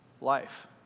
life